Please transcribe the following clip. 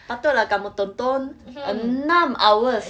patut lah kamu tonton enam hours